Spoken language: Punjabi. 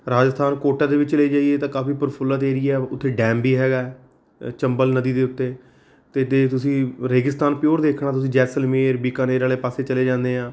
ਰਾਜਸਥਾਨ ਕੋਟਾ ਦੇ ਵਿੱਚ ਚਲੇ ਜਾਈਏ ਤਾਂ ਕਾਫੀ ਪ੍ਰਫੁੱਲਿਤ ਏਰੀਆ ਹੈ ਉੱਥੇ ਡੈਮ ਵੀ ਹੈਗਾ ਚੰਬਲ ਨਦੀ ਦੇ ਉੱਤੇ ਅਤੇ ਜੇ ਤੁਸੀਂ ਰੇਗਿਸਤਾਨ ਪਿਓਰ ਦੇਖਣਾ ਤੁਸੀਂ ਜੈਸਲਮੇਰ ਬੀਕਾਨੇਰ ਵਾਲੇ ਪਾਸੇ ਚਲੇ ਜਾਂਦੇ ਹਾਂ